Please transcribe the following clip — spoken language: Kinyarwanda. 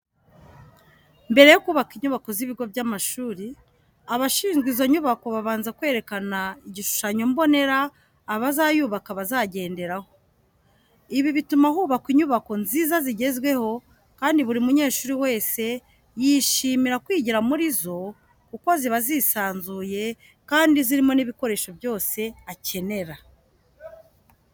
Mbere yo kubaka inyubako z'ibigo by'amashuri abashinzwe izo nyubako babanza kwerekana igishushanyo mbonera abazayubaka bazagenderaho. Ibi bituma hubakwa inyubako nziza zigezweho kandi buri munyeshuri wese yishimira kwigira muri zo kuko ziba zisanzuye kandi zirimo n'ibikoresho byose akenera.